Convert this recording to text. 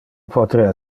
poterea